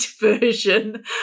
version